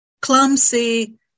clumsy